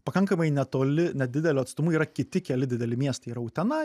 pakankamai netoli nedideliu atstumu yra kiti keli dideli miestai yra utena